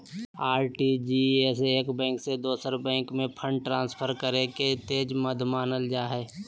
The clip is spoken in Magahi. आर.टी.जी.एस एक बैंक से दोसर बैंक में फंड ट्रांसफर करे के तेज माध्यम मानल जा हय